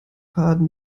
faden